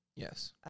Yes